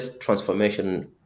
transformation